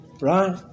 Right